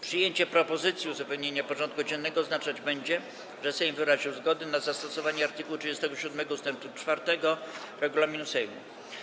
Przyjęcie propozycji uzupełnienia porządku dziennego oznaczać będzie, że Sejm wyraził zgodę na zastosowanie art. 37 ust. 4 regulaminu Sejmu.